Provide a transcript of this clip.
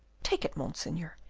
take it, monseigneur,